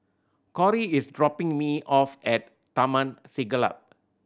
Cory is dropping me off at Taman Siglap